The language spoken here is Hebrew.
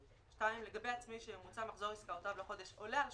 (2) לגבי עצמאי שממוצע מחזור עסקאותיו לחודש עולה על